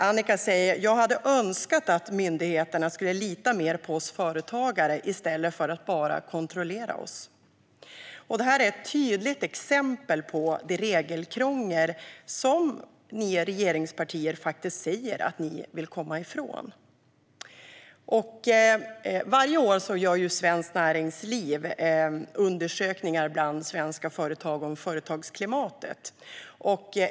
Anniqa säger att hon hade önskat att myndigheterna skulle lita mer på företagare i stället för att bara kontrollera dem. Det är ett tydligt exempel på det regelkrångel som ni regeringspartier faktiskt säger att ni vill komma ifrån. Varje år gör Svenskt Näringsliv undersökningar bland svenska företag om företagsklimatet.